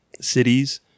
cities